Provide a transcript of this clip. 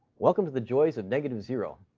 welcome to the joys of negative zero.